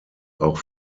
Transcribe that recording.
auch